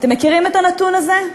אתם מכירים את הנתון הזה?